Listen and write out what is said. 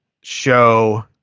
show